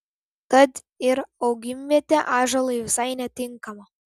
tad ir augimvietė ąžuolui visai netinkama